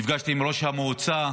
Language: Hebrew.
נפגשתי עם ראש המועצה,